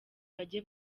bajye